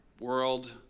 world